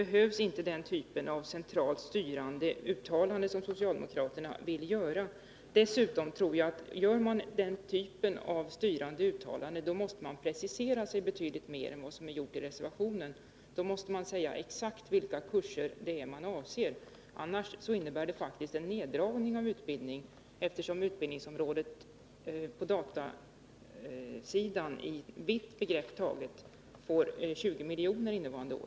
Men den typ av centralt styrande uttalande som socialdemokraterna vill göra behövs inte. Dessutom menar jag, att om man gör sådana styrande uttalanden, måste man precisera betydligt mer än vad man har gjort i reservationen. Då måste man säga exakt vilka kurser man avser. Annars innebär det faktiskt en neddragning av utbildningen, eftersom utbildningsområdet på datasidan, taget som vitt begrepp, får 20 milj.kr. innevarande år.